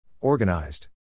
Organized